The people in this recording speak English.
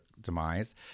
demise